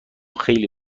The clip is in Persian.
خیلی